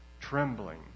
trembling